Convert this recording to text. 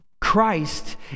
Christ